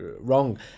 wrong